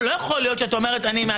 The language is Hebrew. אני לא חושבת שזה מעקר את החוק.